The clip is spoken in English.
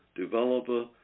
developer